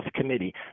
committee